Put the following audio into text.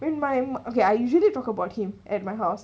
and my okay I usually talk about him at my house